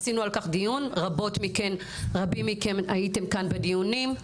עשינו על כך דיון רבים מכם הייתם כאן בדיונים.